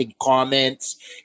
comments